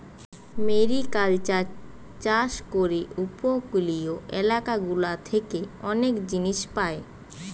mariculture চাষ করে উপকূলীয় এলাকা গুলা থেকে অনেক জিনিস পায়